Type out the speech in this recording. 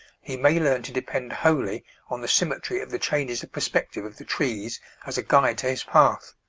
he may learn to depend wholly on the symmetry of the changes of perspective of the trees as a guide to his path.